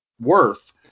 worth